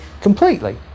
completely